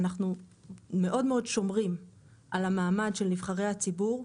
אנחנו מאוד-מאוד שומרים על המעמד של נבחרי הציבור,